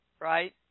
right